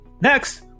Next